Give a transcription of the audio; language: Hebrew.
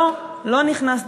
לא נכנס.